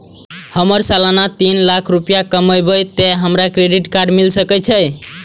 हमर सालाना तीन लाख रुपए कमाबे ते हमरा क्रेडिट कार्ड मिल सके छे?